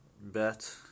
bet